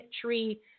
tree